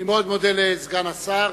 אני מאוד מודה לסגן השר.